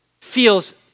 feels